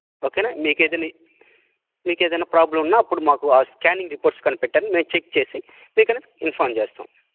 ఓకేనా మీకేదని మీకేదైనా ప్రాబ్లమ్ ఉన్నా అప్పుడు మాకు ఆ స్కానింగ్ రిపోర్ట్స్ కనిపెట్టాలి మేము చెక్ చేసి మీకైనా ఇన్ఫామ్ చేస్తాము